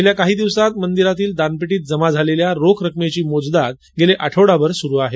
गेल्या काही दिवसातील मंदिरातील दानपेटीत जमा झालेल्या रोख रक्कमेची मोजदाद आठवडाभर सुरू आहे